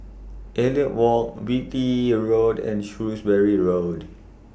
Elliot Walk Beatty Road and Shrewsbury Road